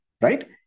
right